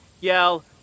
yell